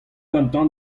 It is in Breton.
gantañ